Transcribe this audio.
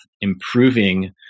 improving